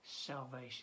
salvation